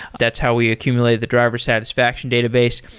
that's how we accumulate the driver satisfaction database.